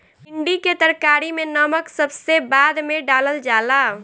भिन्डी के तरकारी में नमक सबसे बाद में डालल जाला